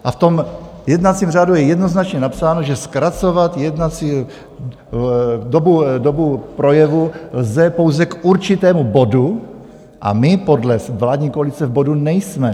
A v jednacím řádu je jednoznačně napsáno, že zkracovat jednací dobu projevu lze pouze k určitému bodu, a my podle vládní koalice v bodu nejsme.